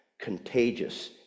contagious